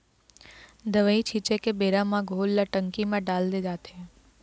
दवई छिंचे के बेरा म घोल ल टंकी म डाल दे जाथे